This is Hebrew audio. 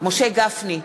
משה גפני,